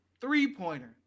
Three-pointer